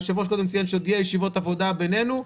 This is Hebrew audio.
היושב ראש קודם ציין שיהיו ישיבות עבודה בינינו.